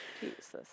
Jesus